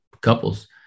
couples